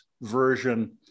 version